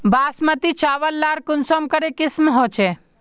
बासमती चावल लार कुंसम करे किसम होचए?